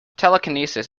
telekinesis